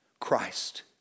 Christ